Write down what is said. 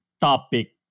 topic